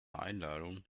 einladung